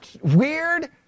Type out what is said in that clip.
weird